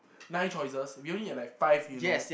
nine choices we only had like five you know